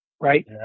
right